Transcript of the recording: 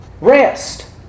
rest